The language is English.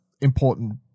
important